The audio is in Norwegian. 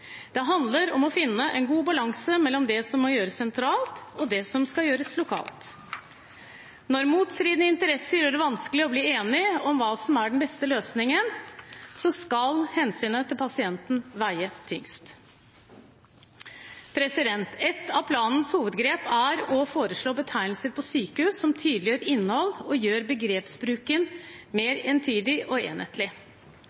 Det handler om å finne en god balanse mellom det som må gjøres sentralt, og det som skal gjøres lokalt. Når motstridende interesser gjør det vanskelig å bli enige om hva som er den beste løsningen, skal hensynet til pasienten veie tyngst. Et av planens hovedgrep er å foreslå betegnelser på sykehus som tydeliggjør innhold og gjør begrepsbruken